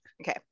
Okay